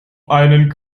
einen